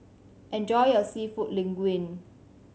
enjoy your Seafood Linguine